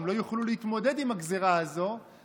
הם לא יוכלו להתמודד עם הגזרה הזאת,